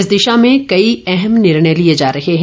इस दिशा में कई अहम निर्णय लिए जा रहे हैं